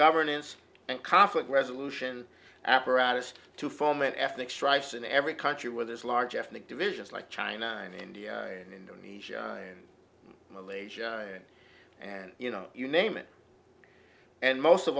governance and conflict resolution apparatus to foment ethnic strife in every country where there's a large ethnic divisions like china and india and indonesia and malaysia and and you know you name it and most of